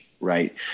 right